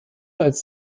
als